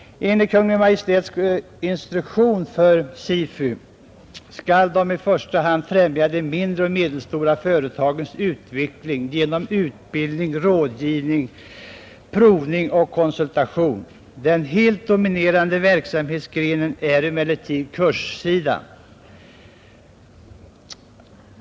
Enligt Kungl. Maj:ts instruktion skall SIFU i första hand främja de mindre och medelstora företagens utveckling genom utbildning, rådgivning, provning och konsultation. Den helt dominerande verksamhetsgrenen är emellertid kurssidan.